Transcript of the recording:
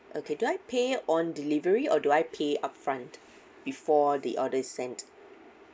okay do I pay on delivery or do I pay upfront before the order is sent